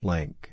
Link